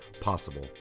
possible